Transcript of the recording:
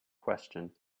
question